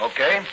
Okay